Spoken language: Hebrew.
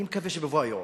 אני מקווה שבבוא היום,